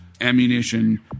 ammunition